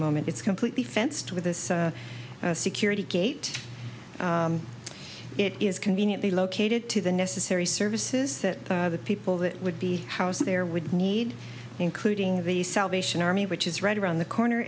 moment it's completely fenced with this security gate it is conveniently located to the necessary services that the people that would be housed there would need including the salvation army which is right around the corner